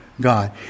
God